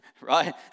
Right